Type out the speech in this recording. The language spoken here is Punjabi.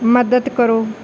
ਮਦਦ ਕਰੋ